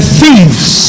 thieves